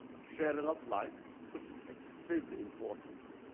sharing of life, which is extremely important,